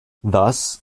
thus